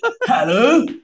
hello